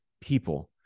people